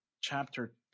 Chapter